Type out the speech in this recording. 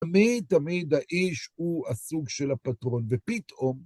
תמיד תמיד האיש הוא הסוג של הפטרון, ופתאום...